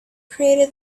created